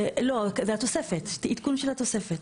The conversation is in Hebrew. לא, זה התוספת, עדכון של התוספת.